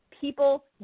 people